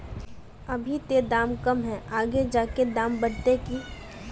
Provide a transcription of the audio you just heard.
अभी ते दाम कम है आगे जाके दाम बढ़ते की?